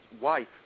wife